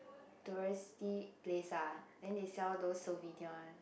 touristy place ah then they sell those souvenir one